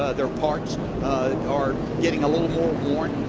ah their parts are getting a little more worn.